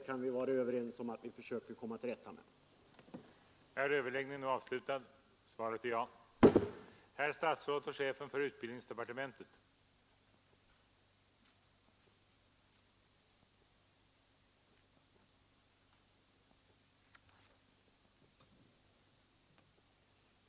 Vi kan vara ense om att man bör försöka få till stånd en rättelse i detta avseende.